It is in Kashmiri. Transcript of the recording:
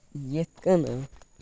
یِتھ کَنن